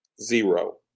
zero